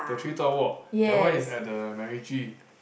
the treetop walk that one is at the MacRitchie